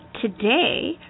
Today